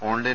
online